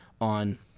on